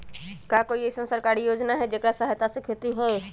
का कोई अईसन सरकारी योजना है जेकरा सहायता से खेती होय?